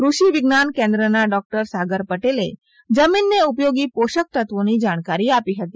ફષિ વિજ્ઞાન કેન્દ્રના ડોકટર સાગર પટેલે જમીનને ઉપયોગી પોષક તત્વોની જાણકારી આપી હતી